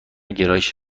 گرایش